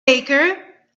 baker